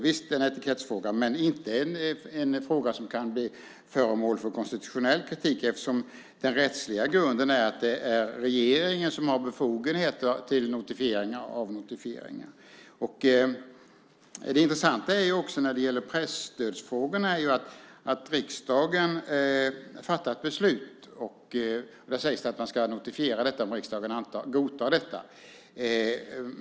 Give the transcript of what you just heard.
Det är en etikettsfråga, men det är inte en fråga som kan bli föremål för konstitutionell kritik eftersom den rättsliga grunden är att regeringen har befogenheter till notifiering och avnotifiering. När det gäller presstödsfrågorna har riksdagen fattat beslut där det sägs att man ska notifiera om riksdagen godtar det.